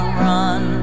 run